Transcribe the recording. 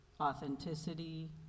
authenticity